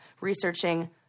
researching